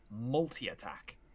multi-attack